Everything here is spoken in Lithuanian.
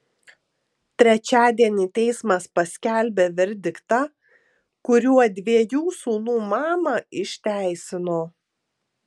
trečiadienį teismas paskelbė verdiktą kuriuo dviejų sūnų mamą išteisino